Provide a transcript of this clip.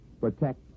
protect